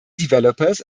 developers